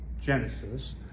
Genesis